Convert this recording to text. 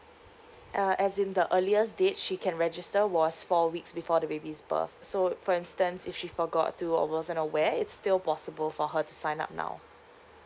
uh as in the earliest date she can register was four weeks before the baby's birth so for instance if she forgot to or wasn't aware it's still possible for her to sign up now